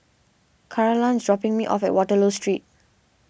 Carolann is dropping me off at Waterloo Street